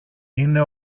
είναι